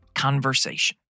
conversation